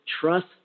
trust